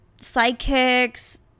psychics